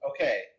Okay